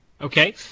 Okay